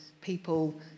people